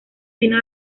vino